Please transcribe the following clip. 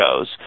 shows